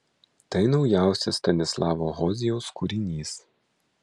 tai naujausias stanislavo hozijaus kūrinys